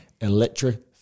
Electric